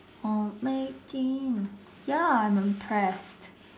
hot late teen ya I'm impressed